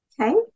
Okay